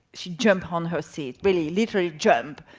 she jumped on her seat, really literally jumped,